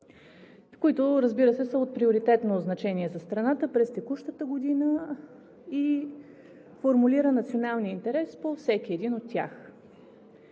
които, разбира се, са от приоритетно значение за страната през текущата година и формулира националния интерес по всеки един от тях.